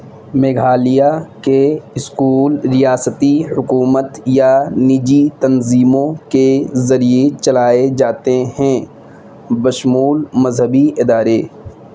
میگھالیہ کے اسکول ریاستی حکومت یا نجی تنظیموں کے ذریعے چلائے جاتے ہیں بشمول مذہبی ادارے